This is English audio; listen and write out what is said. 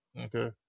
Okay